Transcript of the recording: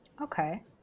Okay